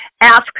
Ask